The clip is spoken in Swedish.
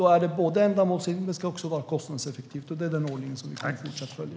Då krävs det både ändamålsenlighet och kostnadseffektivitet. Det är den ordning som vi fortsatt ska följa.